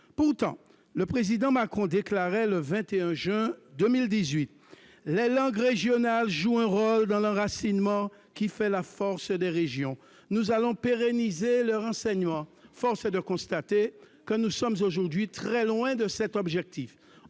Pourtant, le président Emmanuel Macron déclarait, le 21 juin 2018 :« Les langues régionales jouent leur rôle dans l'enracinement qui fait la force des régions. Nous allons pérenniser leur enseignement. » Force est de constater que nous sommes aujourd'hui très loin de cet objectif